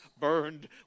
burned